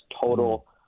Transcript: total